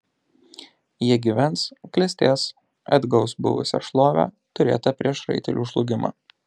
jie gyvens klestės atgaus buvusią šlovę turėtą prieš raitelių žlugimą